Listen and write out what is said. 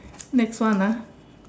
next one ah